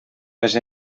les